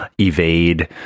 evade